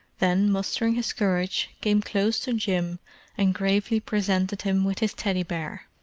then mustering his courage, came close to jim and gravely presented him with his teddy-bear.